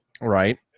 Right